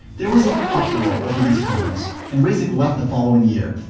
there was an uproar over these comments, and rasekh left the following year.